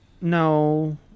No